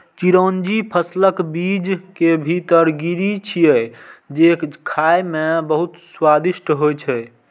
चिरौंजी फलक बीज के भीतर गिरी छियै, जे खाइ मे बहुत स्वादिष्ट होइ छै